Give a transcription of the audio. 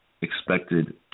expected